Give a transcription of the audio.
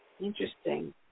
interesting